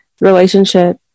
relationship